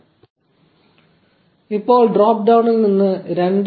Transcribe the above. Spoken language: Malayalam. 0805 ഇപ്പോൾ ഡ്രോപ്പ് ഡൌണിൽ നിന്ന് 2